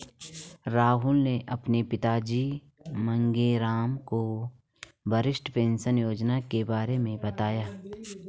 राहुल ने अपने पिताजी मांगेराम को वरिष्ठ पेंशन योजना के बारे में बताया